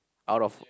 out of